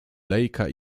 lejka